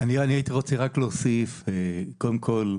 הייתי רוצה רק להוסיף, קודם כול,